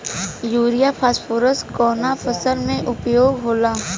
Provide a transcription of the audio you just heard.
Urea phosphorus कवना फ़सल में उपयोग होला?